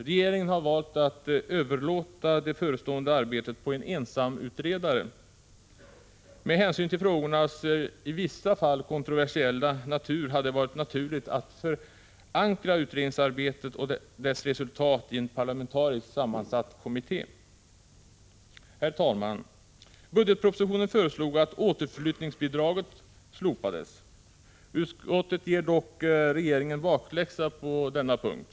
Regeringen har valt att överlåta det förestående arbetet på en ensamutredare. Med hänsyn till frågornas i vissa fall kontroversiella natur hade det varit naturligt att förankra utredningsarbetet och dess resultat i en parlamentariskt sammansatt kommitté. I budgetpropositionen föreslås att återflyttningsbidraget slopas. Utskottet ger dock regeringen bakläxa på denna punkt.